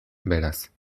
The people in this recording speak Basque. beraz